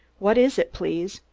what is it, please?